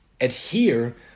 adhere